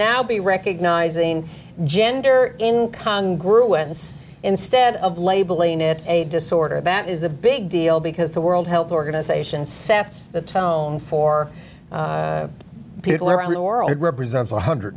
now be recognizing gender in congress who wins instead of labeling it a disorder that is a big deal because the world health organization sets the tone for people around the world it represents one hundred